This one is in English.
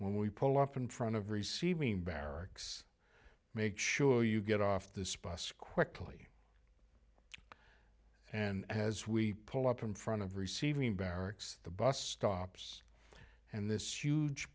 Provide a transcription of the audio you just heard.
when we pull up in front of receiving barracks make sure you get off this bus quickly and as we pull up in front of receiving barracks the bus stops and this huge